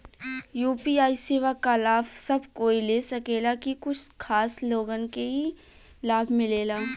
UPI सेवा क लाभ सब कोई ले सकेला की कुछ खास लोगन के ई लाभ मिलेला?